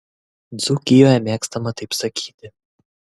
dzūkijoje mėgstama taip sakyti